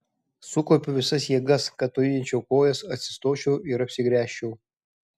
sukaupiu visas jėgas kad pajudinčiau kojas atsistočiau ir apsigręžčiau